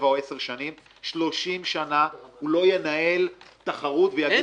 או 7 שנים 30 שנה הוא לא ינהל תחרות ולא -- אין לו.